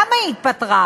למה היא התפטרה?